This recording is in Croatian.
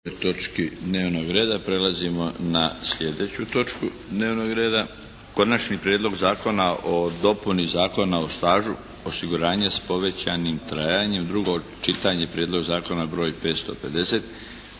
Darko (HDZ)** Prelazimo na slijedeću točku dnevnog reda - Konačni prijedlog zakona o dopuni Zakona o stažu osiguranja s povećanim trajanjem, drugo čitanje, P.Z. br. 550